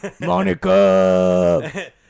Monica